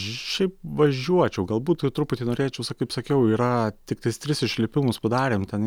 šiaip važiuočiau galbūt ir truputį norėčiau sa kaip sakiau yra tiktais tris išlipimus padarėm ten